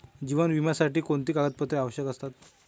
जीवन विम्यासाठी कोणती कागदपत्रे आवश्यक असतात?